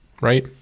right